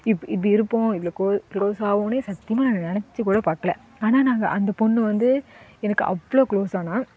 இப் இப்படி இருப்போம் இவ்வளோ க்ளோ க்ளோஸ் ஆவோம்ன்னே சத்தியமாக நாங்கள் நெனைச்சுக் கூட பார்க்கல ஆனால் நாங்கள் அந்தப் பொண்ணு வந்து எனக்கு அவ்வளோ க்ளோஸ் ஆனாள்